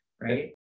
right